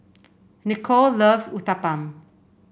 Nicolle loves Uthapam